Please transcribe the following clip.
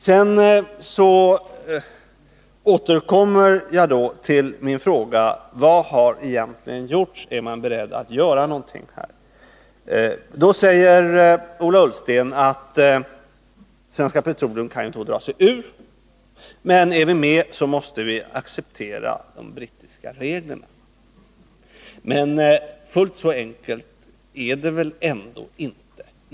Jag återkommer till min fråga: Vad har egentligen gjorts, och är man beredd att göra någonting på den här punkten? Ola Ullsten säger att Svenska Petroleum kan dra sig ur samarbetet, men är vi med så måste vi acceptera de brittiska reglerna. Men fullt så enkelt är det väl ändå inte.